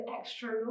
extra